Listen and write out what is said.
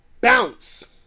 bounce